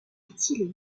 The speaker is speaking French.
utile